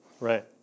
right